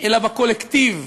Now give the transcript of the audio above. אלא בקולקטיב,